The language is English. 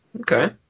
Okay